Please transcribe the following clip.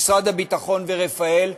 משרד הביטחון ורפא"ל,